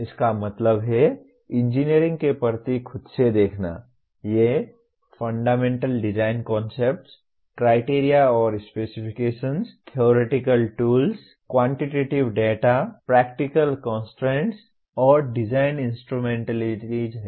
इसका मतलब है इंजीनियरिंग के प्रति खुदसे देखना ये फंडामेंटल डिज़ाइन कन्सेप्ट्स क्राइटेरिया और specifications theoretical tools quantitative data practical constraints और डिजाइन इंस्ट्रूमेंटलिटीज़ हैं